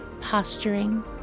posturing